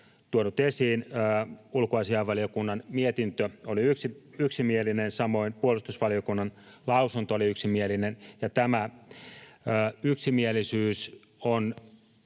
tuonut esiin, ulkoasiainvaliokunnan mietintö oli yksimielinen, samoin puolustusvaliokunnan lausunto oli yksimielinen. Tämä yksimielisyys on